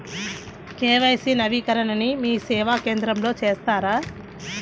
KYC నవీకరణని మీసేవా కేంద్రం లో చేస్తారా?